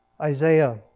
Isaiah